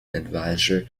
adviser